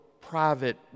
private